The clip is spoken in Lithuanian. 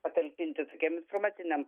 patalpinti tokiam informaciniam